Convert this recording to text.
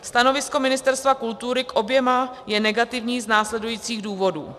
Stanovisko Ministerstva kultury k oběma je negativní z následujících důvodů.